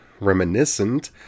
reminiscent